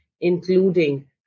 including